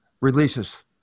releases